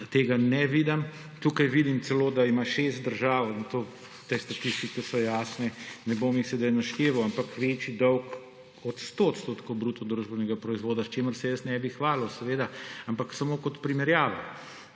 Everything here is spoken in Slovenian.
tega ne vidim. Tukaj vidim celo, da ima 6 držav − te statistike so jasne, ne bom jih sedaj našteval − večji dolg od 100 % bruto družbenega proizvoda, s čimer se jaz ne bi hvalil seveda, ampak samo kot primerjavo.